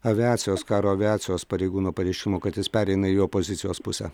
aviacijos karo aviacijos pareigūno pareiškimo kad jis pereina į opozicijos pusę